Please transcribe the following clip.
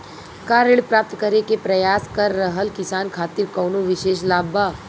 का ऋण प्राप्त करे के प्रयास कर रहल किसान खातिर कउनो विशेष लाभ बा?